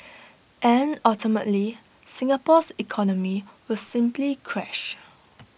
and ultimately Singapore's economy will simply crash